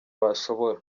washobora